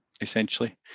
essentially